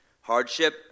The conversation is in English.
Hardship